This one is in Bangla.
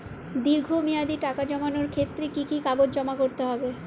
দীর্ঘ মেয়াদি টাকা জমানোর ক্ষেত্রে কি কি কাগজ জমা করতে হবে?